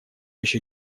еще